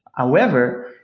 however,